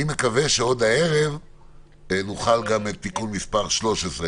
אני מקווה שעוד הערב נוכל לקבל את תיקון מספר (13ׂ).